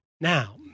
Now